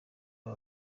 aba